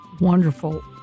Wonderful